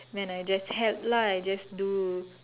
then I just help lah I just do